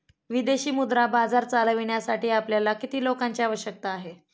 विदेशी मुद्रा बाजार चालविण्यासाठी आपल्याला किती लोकांची आवश्यकता आहे?